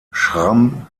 schramm